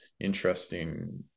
interesting